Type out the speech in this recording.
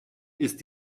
ist